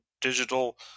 digital